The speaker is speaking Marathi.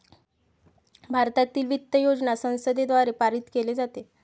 भारतातील वित्त योजना संसदेद्वारे पारित केली जाते